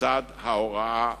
בצד ההוראה והחינוך.